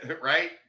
Right